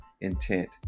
intent